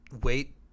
wait